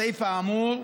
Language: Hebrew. הסעיף האמור,